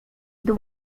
the